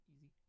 easy